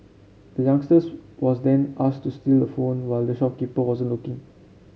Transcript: the youngster was then asked to steal the phone while the shopkeeper wasn't looking